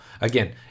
again